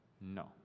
No